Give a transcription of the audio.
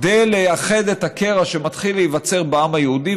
כדי לאחות את הקרע שמתחיל להיווצר בעם היהודי,